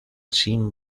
sin